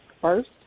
first